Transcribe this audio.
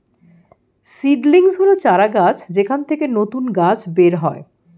seedlings হল চারাগাছ যেখান থেকে নতুন গাছ বের হয়